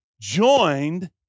joined